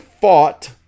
fought